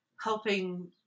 helping